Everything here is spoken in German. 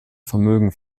vermögen